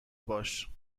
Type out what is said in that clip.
باش